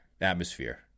atmosphere